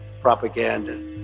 propaganda